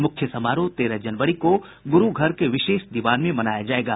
मुख्य समारोह तेरह जनवरी को ग़्रू घर के विशेष दीवान में मनाया जायेगा